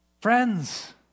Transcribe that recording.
Friends